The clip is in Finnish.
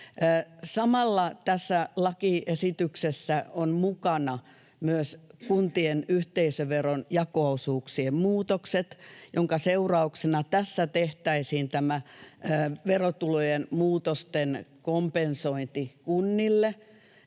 Samalla tässä lakiesityksessä on mukana myös kuntien yhteisöveron jako-osuuksien muutokset, minkä seurauksena tässä tehtäisiin tämä verotulojen muutosten kompensointi kunnille